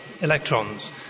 Electrons